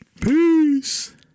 Peace